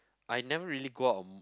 I never really go out on